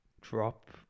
drop